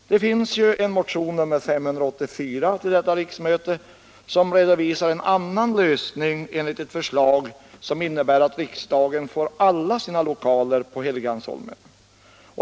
Det finns ju en motion nr 584 till detta riksmöte som redovisar en annan lösning enligt ett förslag som innebär att riksdagen får alla sina lokaler på Helgeandsholmen.